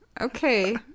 okay